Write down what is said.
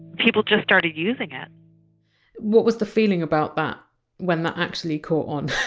people just started using it. what was the feeling about that when that actually caught on?